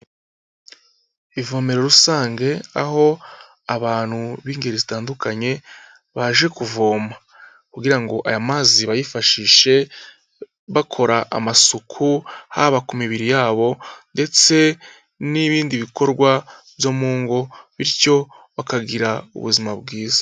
Ivomero rusange, aho abantu b'ingeri zitandukanye baje kuvoma, kugira ngo aya mazi bayifashishe bakora amasuku haba ku mibiri yabo, ndetse n'ibindi bikorwa byo mu ngo bityo bakagira ubuzima bwiza.